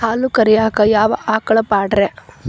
ಹಾಲು ಕರಿಯಾಕ ಯಾವ ಆಕಳ ಪಾಡ್ರೇ?